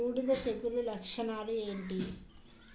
బూడిద తెగుల లక్షణాలు ఏంటి?